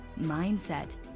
mindset